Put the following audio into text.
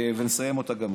ונסיים אותה גם היום,